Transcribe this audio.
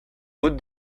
utz